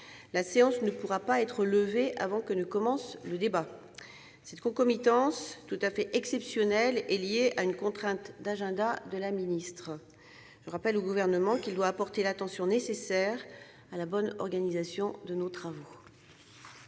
La séance ne pourra pas être levée avant que ne commence le débat. Cette concomitance tout à fait exceptionnelle est liée à une contrainte d'agenda de la ministre. Je rappelle au Gouvernement qu'il doit apporter l'attention nécessaire à la bonne organisation de nos travaux.